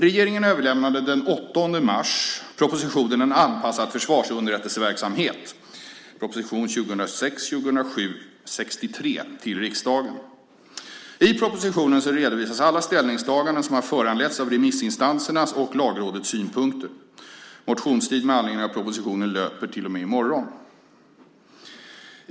Regeringen överlämnade den 8 mars propositionen En anpassad försvarsunderrättelseverksamhet till riksdagen. I propositionen redovisas alla ställningstaganden som har föranletts av remissinstansernas och Lagrådets synpunkter. Motionstid med anledning av propositionen löper till i morgon.